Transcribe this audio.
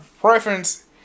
preference